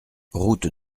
route